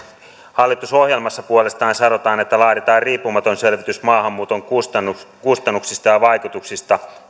hallitusohjelmassa puolestaan sanotaan että laaditaan riippumaton selvitys maahanmuuton kustannuksista ja vaikutuksista